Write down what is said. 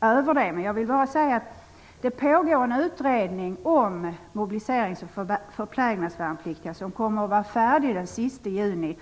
över den. Men jag vill ändå säga att det pågår en utredning om mobiliserings och förplägnadsvärnpliktiga som skall vara färdig den 30 juni.